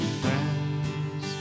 friends